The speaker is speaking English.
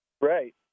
Right